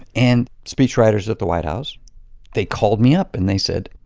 and speechwriters at the white house they called me up and they said,